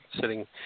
sitting